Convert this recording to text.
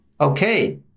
okay